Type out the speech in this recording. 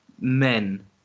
men